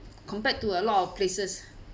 compared to a lot of places